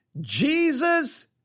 Jesus